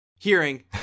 Hearing